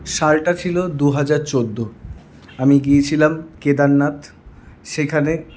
সালটা ছিল দুহাজার চোদ্দো আমি গিয়েছিলাম কেদারনাথ সেইখানে